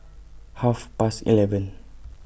Half Past eleven